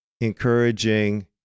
encouraging